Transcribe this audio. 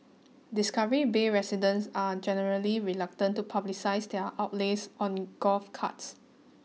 Discovery Bay residents are generally reluctant to publicise their outlays on golf carts